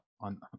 on